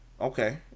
Okay